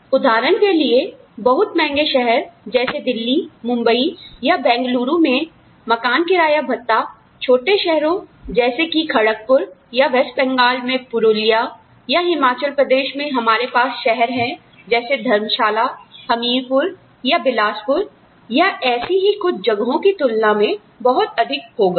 उदाहरण के लिए बहुत महंगे शहर जैसी दिल्ली मुंबई या बेंगलुरु में मकान किराया भत्ता छोटे शहरों जैसे कि खड़कपुर या वेस्ट बंगाल में पुरुलिया या हिमाचल प्रदेश में हमारे पास शहर हैं जैसे धर्मशाला हमीरपुर या बिलासपुर या ऐसी ही कुछ जगहों की तुलना में बहुत अधिक होगा